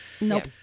Nope